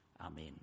Amen